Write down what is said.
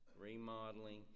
remodeling